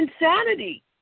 insanity